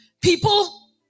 people